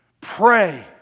pray